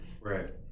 right